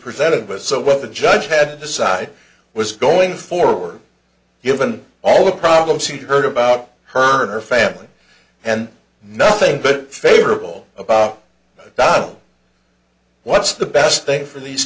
presented with so what the judge had decided was going forward given all the problems he heard about her and her family and nothing but favorable about god what's the best thing for these